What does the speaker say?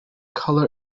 color